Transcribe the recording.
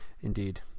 Indeed